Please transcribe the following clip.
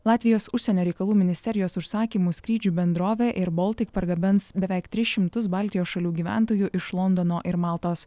latvijos užsienio reikalų ministerijos užsakymu skrydžių bendrovė air baltic pargabens beveik tris šimtus baltijos šalių gyventojų iš londono ir maltos